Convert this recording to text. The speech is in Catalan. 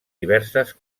diverses